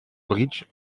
bridge